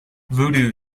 voodoo